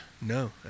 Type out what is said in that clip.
no